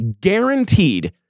guaranteed